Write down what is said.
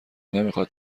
نمیخواد